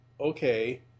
okay